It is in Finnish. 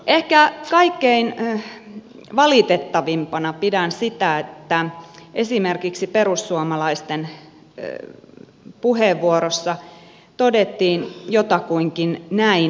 ehkä kaikkein valitettavimpana pidän sitä että esimerkiksi perussuomalaisten puheenvuorossa todettiin jotakuinkin näin